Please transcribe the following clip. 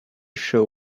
show